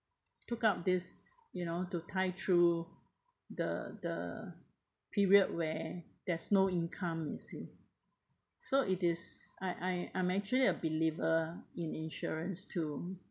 took out this you know to tide through the the period where there's no income you see so it is I I I'm actually a believer in insurance too